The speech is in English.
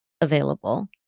available